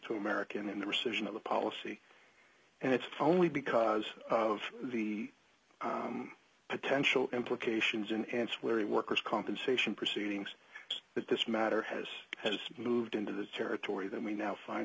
to american in the rescission of the policy and it's only because of the potential implications in ancillary workers compensation proceedings that this matter has has moved into the territory that we now find